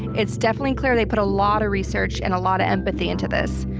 it's definitely clearly put a lot of research and a lot of empathy into this.